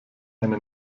eine